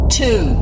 two